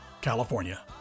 California